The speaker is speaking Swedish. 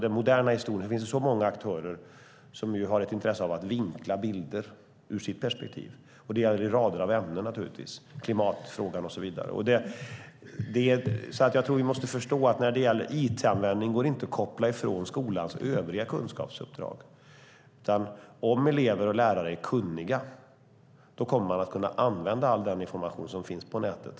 Det gäller kanske inte vikingatiden, men 1900-talets historia, det vill säga den moderna historien och även rader av andra ämnen, exempelvis klimatfrågan och så vidare. Jag tror alltså att vi måste förstå att när det gäller it-användningen går det inte att koppla från skolans övriga kunskapsuppdrag. Om elever och lärare är kunniga kommer man att kunna använda all den information som finns på nätet.